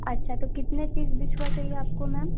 अच्छा तो कितनी पीस बिछुआ चाहिए आपको मैम